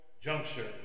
juncture